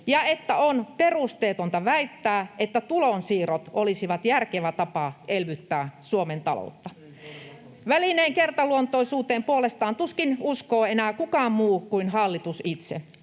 ja ”on perusteetonta väittää, että tulonsiirrot olisivat järkevä tapa elvyttää Suomen taloutta”. Välineen kertaluontoisuuteen puolestaan tuskin uskoo enää kukaan muu kuin hallitus itse.